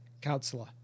Counselor